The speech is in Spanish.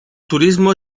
turismo